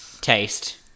taste